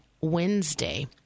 Wednesday